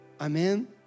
Amen